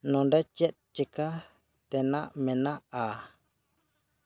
ᱱᱚᱰᱮ ᱪᱮᱫ ᱪᱤᱠᱟᱹ ᱛᱮᱱᱟᱜ ᱢᱮᱱᱟᱜᱼᱟ